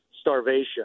starvation